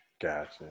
Gotcha